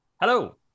Hello